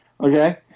Okay